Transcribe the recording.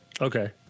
Okay